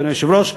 אדוני היושב-ראש,